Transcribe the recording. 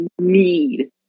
need